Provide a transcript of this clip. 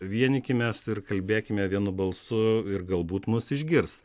vienykimės ir kalbėkime vienu balsu ir galbūt mus išgirs